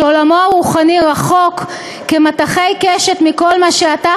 שעולמו הרוחני רחוק כמטחווי קשת מכל מה שאתה,